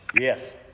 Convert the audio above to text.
Yes